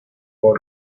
for